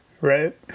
right